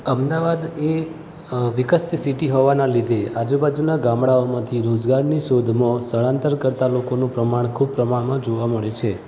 અમદાવાદ એ વિકસતી સીટી હોવાનાં લીધે આજુબાજુનાં ગામડાઓમાંથી રોજગારની શોધમાં સ્થળાંતર કરતા લોકોનું પ્રમાણ ખૂબ પ્રમાણમાં જોવા મળે છે